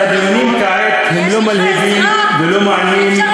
אבל הדיונים כעת הם לא מלהיבים ולא מהנים,